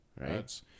Right